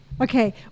Okay